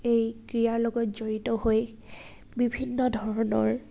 এই ক্ৰীড়াৰ লগত জড়িত হৈ বিভিন্ন ধৰণৰ